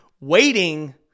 Waiting